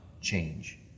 change